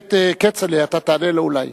הכנסת כצל'ה, אתה תענה לו אולי.